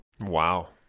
Wow